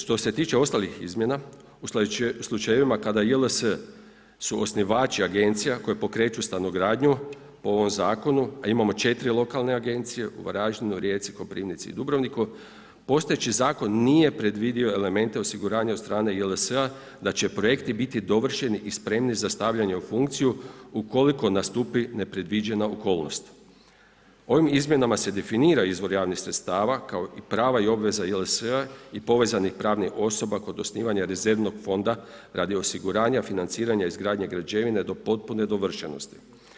Što se tiče ostalih izmjena u slučajevima kada JLS su osnivači agencija koje pokreću stanogradnju po ovom zakonu a imamo 4 lokalne agencije u Varaždinu, Rijeci, Koprivnici i Dubrovniku, postojeći zakon nije predvidio elemente osiguranja od strane JLS-a da će projekti biti dovršeni i spremni za stavljanje u funkciju ukoliko nastupi nepredviđena okolnost. e Ovim izmjenama se definira izvor javnih sredstava kao i prava i obveza JLS-a i povezanih pravnih osoba kod osnivanja rezervnog fonda radi osiguranja financiranja izgradnje građevine do potpune dovršenosti.